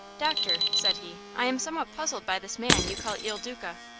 doctor, said he, i am somewhat puzzled by this man you call il duca,